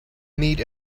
meet